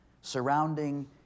surrounding